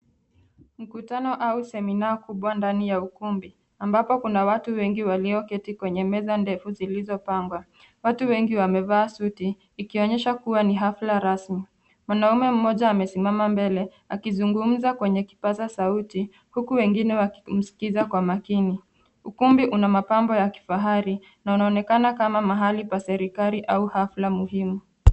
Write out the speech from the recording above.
Mkutano au semina kubwa ndani ya ukumbi ambapo kuna watu wengi walioketi kwenye meza ndefu zilizopangwa. Watu wengi wamevaa suti ikionyesha kuwa ni hafla rasmi. Mwanaume mmoja amesimama mbele akizungumza kwenye kipaza sauti huku wengine wakimsikiza kwa makini. Ukumbi una mapambo ya kifahari na unaonekana kama mahali pa serikali au hafla muhimu.